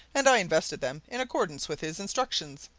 and i invested them in accordance with his instructions,